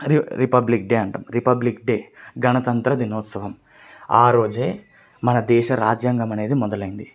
అది republic day అంటాము republic day గణతంత్ర దినోత్సవం ఆరోజే మన దేశ రాజ్యాంగం అనేది మొదలైంది